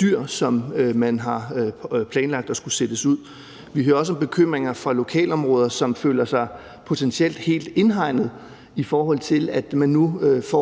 dyr, som man har planlagt at sætte ud? Vi hører også om bekymringer ude i lokalområderne, fordi de potentielt føler sig helt indhegnet; man får